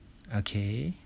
okay